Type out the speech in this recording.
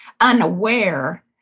unaware